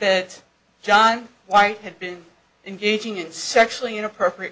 that john white had been engaging in sexually inappropriate